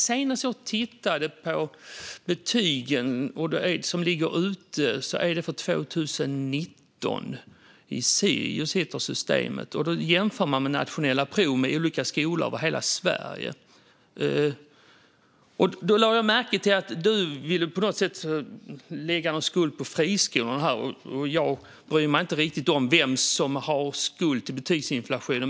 Senast jag tittade på statistiken som ligger ute över betygen i hela Sverige gällde den 2019. I systemet som heter Siris jämför man resultat på nationella prov från olika skolor över hela Sverige. Jag lade märke till att du på något sätt vill lägga skulden på friskolorna, Linus Sköld. Jag bryr mig inte riktigt om vem som bär skuld till betygsinflationen.